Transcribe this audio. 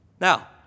Now